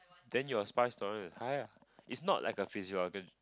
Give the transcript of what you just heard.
then your spice tolerance is high ah is not like a physio organ